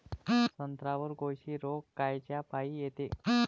संत्र्यावर कोळशी रोग कायच्यापाई येते?